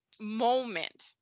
moment